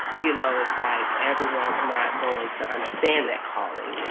you know? it's like everyone is not going to understand that calling.